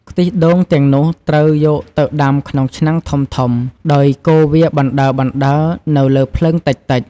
ខ្ទិះដូងទាំងនោះត្រូវយកទៅដាំក្នុងឆ្នាំងធំៗ ដោយកូរវាបណ្តើរៗនៅលើភ្លើងតិចៗ។